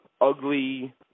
ugly